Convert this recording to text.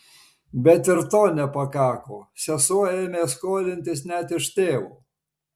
bet ir to nepakako sesuo ėmė skolintis net iš tėvo